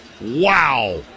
Wow